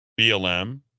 BLM